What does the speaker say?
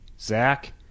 Zach